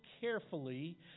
carefully